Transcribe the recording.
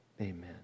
Amen